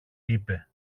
είπε